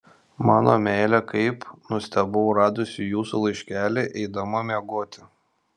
mano meile kaip nustebau radusi jūsų laiškelį eidama miegoti